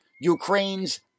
Ukraine's